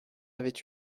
avait